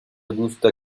gusta